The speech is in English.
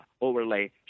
overlay